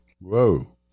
Whoa